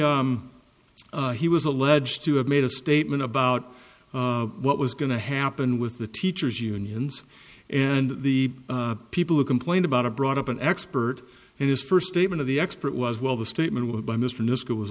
he was alleged to have made a statement about what was going to happen with the teachers unions and the people who complained about a brought up an expert and his first statement of the expert was well the statement would by mr newschool was